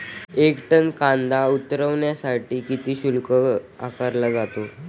एक टन कांदा उतरवण्यासाठी किती शुल्क आकारला जातो?